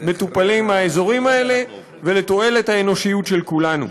מטופלים מהאזורים האלה ולתועלת האנושיות של כולנו.